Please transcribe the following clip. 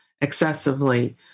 excessively